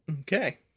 Okay